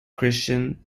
christian